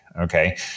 Okay